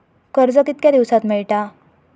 कर्ज कितक्या दिवसात मेळता?